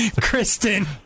Kristen